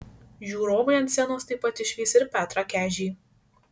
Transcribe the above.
žiūrovai ant scenos taip pat išvys ir petrą kežį